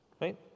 right